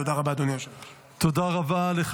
תודה רבה, אדוני היושב-ראש.